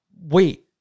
wait